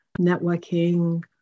networking